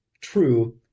True